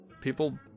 people